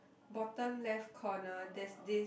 bottom left corner there's this